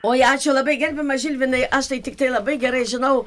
oi ačiū labai gerbiamas žilvinai aš tai tiktai labai gerai žinau